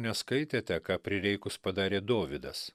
neskaitėte ką prireikus padarė dovydas